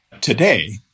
today